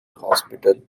hospital